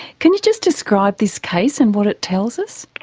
can you just describe this case and what it tells us?